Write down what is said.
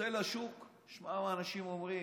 צא לשוק ותשמע מה אנשים אומרים.